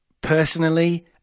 personally